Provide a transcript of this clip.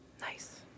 Nice